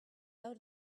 out